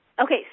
Okay